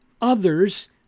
others